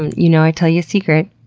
and you know i tell you a secret.